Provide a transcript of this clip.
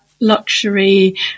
luxury